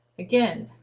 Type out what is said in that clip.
again,